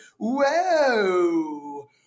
Whoa